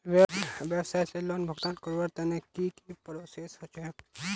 व्यवसाय लोन भुगतान करवार तने की की प्रोसेस होचे?